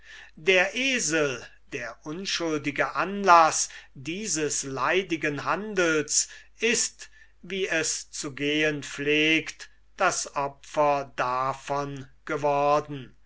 der esel der unschuldige anlaß dieses leidigen handels ist wie es zu gehen pflegt das opfer davon geworden